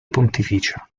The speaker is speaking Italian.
pontificia